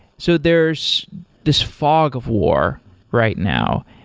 so there's this fog of war right now.